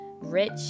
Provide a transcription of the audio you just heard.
rich